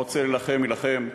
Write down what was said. הרוצה להילחם, יילחם,